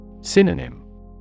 Synonym